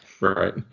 Right